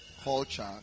culture